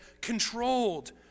controlled